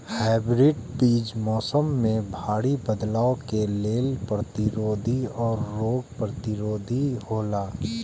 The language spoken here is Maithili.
हाइब्रिड बीज मौसम में भारी बदलाव के लेल प्रतिरोधी और रोग प्रतिरोधी हौला